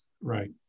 right